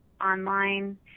online